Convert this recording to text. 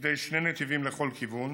לכדי שני נתיבים לכל כיוון,